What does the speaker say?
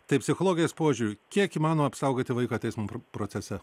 tai psichologijos požiūriu kiek įmanoma apsaugoti vaiką teismo procese